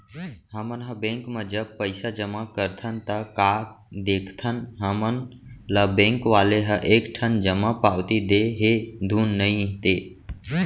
हमन ह बेंक म जब पइसा जमा करथन ता का देखथन हमन ल बेंक वाले ह एक ठन जमा पावती दे हे धुन नइ ते